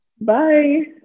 bye